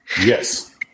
Yes